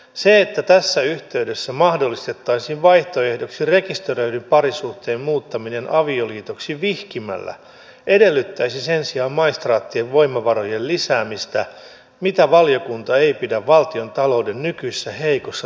se että tässä yhteydessä mahdollistettaisiin vaihtoehdoksi rekisteröidyn parisuhteen muuttaminen avioliitoksi vihkimällä edellyttäisi sen sijaan maistraattien voimavarojen lisäämistä mitä valiokunta ei pidä valtiontalouden nykyisessä heikossa tilanteessa perusteltuna